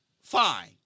Fine